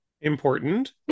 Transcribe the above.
Important